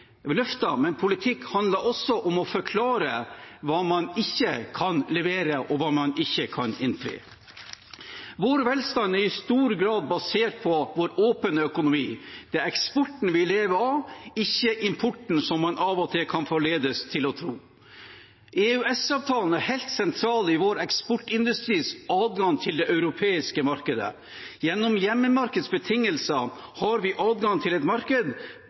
Politikk handler også om å forklare hva man ikke kan levere, og hva man ikke kan innfri. Vår velstand er i stor grad basert på vår åpne økonomi. Det er eksporten vi lever av, ikke importen, som man av og til kan forledes til å tro. EØS-avtalen er helt sentral i vår eksportindustris adgang til det europeiske markedet. Gjennom hjemmemarkedets betingelser har vi adgang til et marked